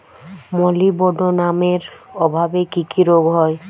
মলিবডোনামের অভাবে কি কি রোগ হয়?